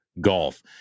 Golf